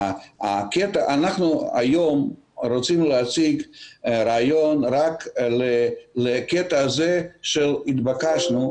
אנחנו היום רוצים להציג רעיון רק לקטע הזה שהתבקשנו,